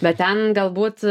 bet ten galbūt